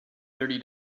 thirty